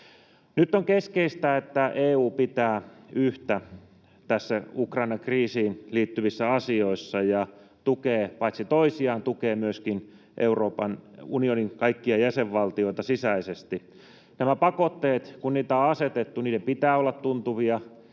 Nyt on keskeistä, että EU pitää yhtä näissä Ukrainan kriisiin liittyvissä asioissa ja tukee paitsi toisiaan myöskin Euroopan unionin kaikkia jäsenvaltioita sisäisesti. Pakotteiden, kun niitä on asetettu, pitää olla tuntuvia,